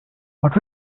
what